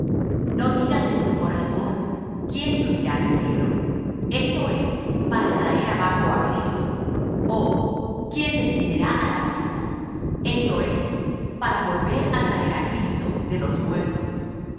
no digas en tu corazón quién subirá al cielo esto es para traer abajo á cristo o quién descenderá al abismo esto es para volver á traer á cristo de los muertos